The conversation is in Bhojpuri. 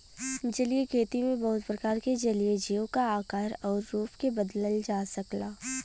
जलीय खेती में बहुत प्रकार के जलीय जीव क आकार आउर रूप के बदलल जा सकला